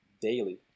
daily